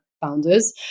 founders